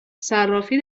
صرافی